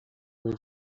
mój